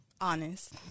honest